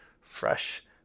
fresh